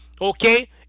okay